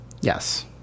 Yes